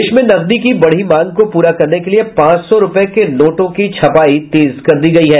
देश में नकदी की बढ़ी मांग को पूरा करने के लिये पांच सौ रूपये के नोटों की छपायी तेज कर दी गयी है